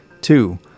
two